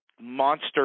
monster